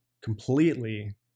completely